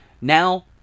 Now